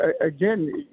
Again